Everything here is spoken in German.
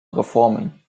reformen